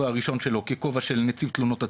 הראשון שלו ככובע של נציב תלונות הציבור,